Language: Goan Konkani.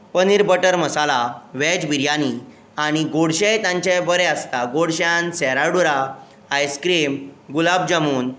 पनीर बटर मसाला वॅज बिर्यानी आनी गोडशेंय तांचें बरें आसता गोडश्यांत सेराडुरा आयस क्रीम गुलाब जामून